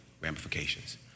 ramifications